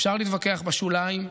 אפשר להתווכח בשוליים,